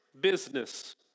business